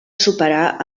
superar